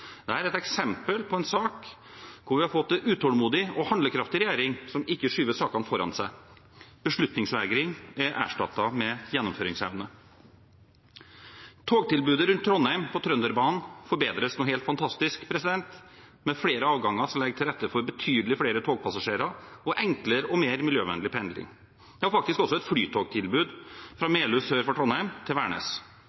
er et eksempel på en sak hvor vi har fått en utålmodig og handlekraftig regjering, som ikke skyver sakene foran seg. Beslutningsvegring er erstattet med gjennomføringsevne. Togtilbudet rundt Trondheim på Trønderbanen forbedres noe helt fantastisk, med flere avganger, som legger til rette for betydelig flere togpassasjerer og enklere og mer miljøvennlig pendling – ja, faktisk også et flytogtilbud fra